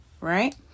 right